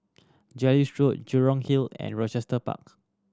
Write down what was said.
Jellicoe Road Jurong Hill and Rochester Park